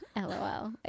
LOL